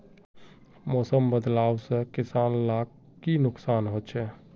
मौसम बदलाव से किसान लाक की नुकसान होचे?